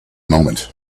moment